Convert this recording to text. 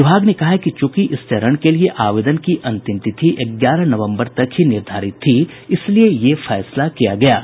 विभाग ने कहा है कि चूंकि इस चरण के लिए आवेदन की अंतिम तिथि ग्यारह नवम्बर तक ही निर्धारित थी इसलिए यह फैसला किया गया है